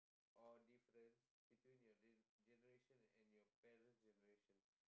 or difference between your gen~ generation and your parents generation